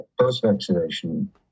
post-vaccination